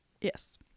Yes